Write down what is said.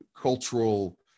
cultural